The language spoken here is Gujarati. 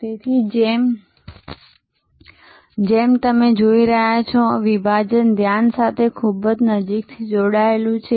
તેથી જેમ તમે જોઈ રહ્યા છો વિભાજન ધ્યાન સાથે ખૂબ જ નજીકથી જોડાયેલું છે